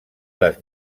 les